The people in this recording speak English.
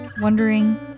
wondering